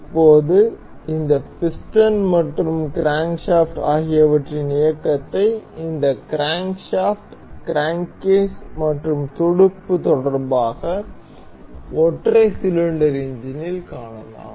இப்போது இந்த பிஸ்டன் மற்றும் கிரான்ஸ்காஃப்ட் ஆகியவற்றின் இயக்கத்தை இந்த கிரான்ஸ்காஃப்ட் கிரான்கேஸ் மற்றும் துடுப்பு தொடர்பாக ஒற்றை சிலிண்டர் எஞ்சினில் காணலாம்